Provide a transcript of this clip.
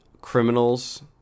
criminals